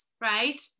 right